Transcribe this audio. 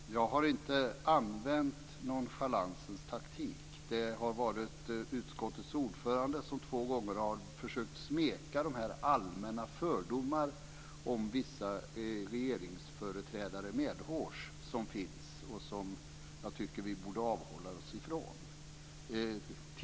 Fru talman! Jag har inte använt nonchalansens taktik. Det har varit utskottets ordförande som två gånger har försökt smeka de allmänna fördomar som finns om vissa regeringsföreträdare medhårs. Jag tycker att vi borde avhålla oss från detta.